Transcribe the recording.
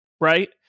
right